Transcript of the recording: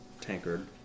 tankard